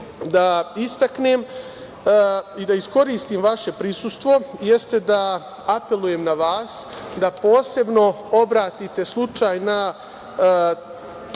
da istaknem i da iskoristim vaše prisustvo, jeste da apelujem na vas da posebno obratite slučaj na